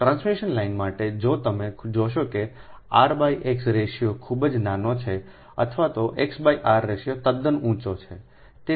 transmission line માટે જો તમે જોશો કે rx રેશિયો ખૂબ નાનો છે અથવા તો xr રેશિયો તદ્દન ઊંચો છે